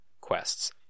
quests